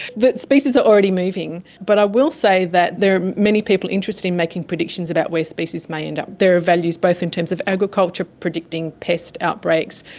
that species are already moving. but i will say that there are many people interested in making predictions about where species may end up. there are values both in terms of agriculture predicting pest outbreaks,